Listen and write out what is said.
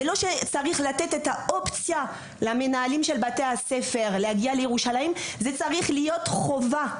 לא צריך לתת את זה כאופציה למנהלי בתי הספר אלא כחובה.